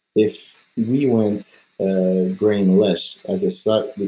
if we went grain-less as a start we,